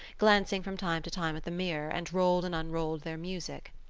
glanced from time to time at the mirror and rolled and unrolled their music.